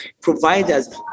providers